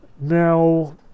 Now